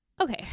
okay